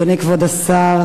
אדוני כבוד השר,